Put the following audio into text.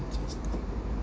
injustice